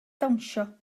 dawnsio